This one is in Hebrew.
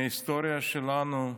מההיסטוריה שלנו,